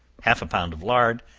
half a pound of lard